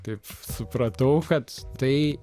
taip supratau kad tai